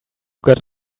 got